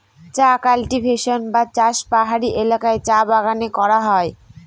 চা কাল্টিভেশন বা চাষ পাহাড়ি এলাকায় চা বাগানে করা হয়